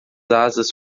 asas